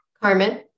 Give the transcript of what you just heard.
Carmen